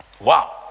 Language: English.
Wow